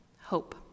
Hope